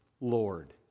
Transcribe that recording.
Lord